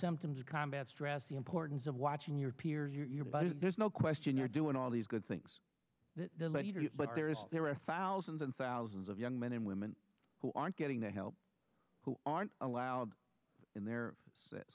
symptoms combat stress the importance of watching your peers your body there's no question you're doing all these good things that let her do it but there is there are thousands and thousands of young men and women who aren't getting the help who aren't allowed in the